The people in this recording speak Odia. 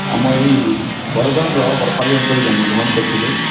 ଆମ ଏଇ ବରଗଡ଼ର ବରପାଲି ଅଞ୍ଚଳରେ ଜନ୍ମ ଗ୍ରହଣ କରିଥିଲେ